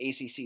ACC